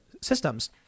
systems